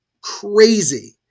crazy